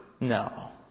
No